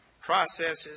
processes